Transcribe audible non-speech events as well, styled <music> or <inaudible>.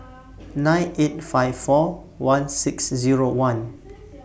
<noise> nine eight five four one six Zero one <noise>